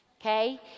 okay